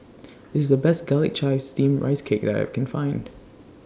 This IS The Best Garlic Chives Steamed Rice Cake that I Can Find